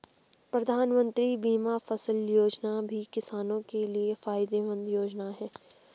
प्रधानमंत्री बीमा फसल योजना भी किसानो के लिये फायदेमंद योजना है